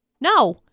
No